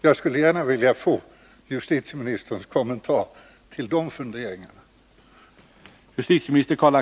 Jag skulle gärna vilja få justitieministerns kommentar till de funderingarna.